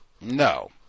no